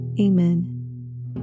Amen